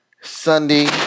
Sunday